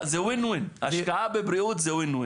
השקעה בבריאות win-win.